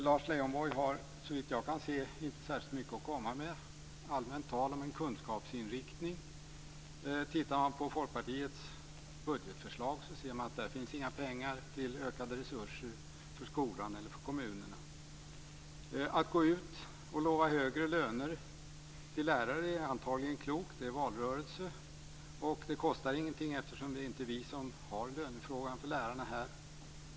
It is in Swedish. Lars Leijonborg har, såvitt jag kan se, inte särskilt mycket att komma med annat än allmänt tal om en kunskapsinriktning. Tittar man på Folkpartiets budgetförslag ser man att det där inte finns några pengar till ökade resurser för skolan eller kommunerna. Att gå ut och lova högre löner till lärare är antagligen klokt - det är valrörelse och det kostar ingenting eftersom det inte är vi här som har frågan om lönerna för lärarna.